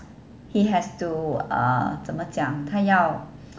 he has to err 怎么讲他要